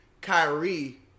Kyrie